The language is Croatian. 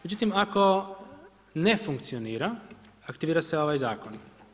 Međutim, ako ne funkcionira, aktivira se ovaj Zakon.